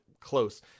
close